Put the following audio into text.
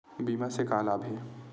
बीमा से का लाभ हे?